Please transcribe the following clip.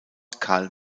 carl